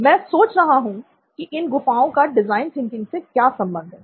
मै सोच रहा हूँ कि इन गुफाओं का डिज़ाइन थिंकिंग से क्या संबंध है